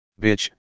Bitch